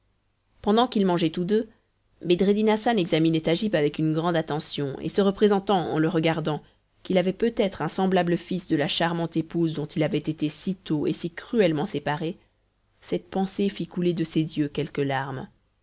pendant qu'ils mangeaient tous deux bedreddin hassan examinait agib avec une grande attention et se représentant en le regardant qu'il avait peut-être un semblable fils de la charmante épouse dont il avait été si tôt et si cruellement séparé cette pensée fit couler de ses yeux quelques larmes